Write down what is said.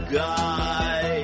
guy